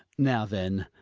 now then.